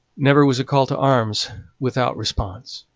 never was a call to arms without response.